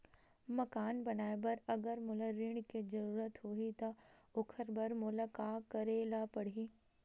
मकान बनाये बर अगर मोला ऋण के जरूरत होही त ओखर बर मोला का करे ल पड़हि?